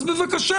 אז בבקשה,